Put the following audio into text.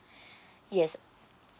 yes